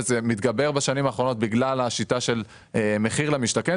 וזה מתגבר בשנים האחרונות בגלל השיטה של מחיר למשתכן,